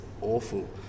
awful